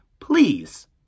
please